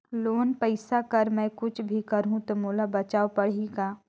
Loan पइसा कर मै कुछ भी करहु तो मोला बताव पड़ही का?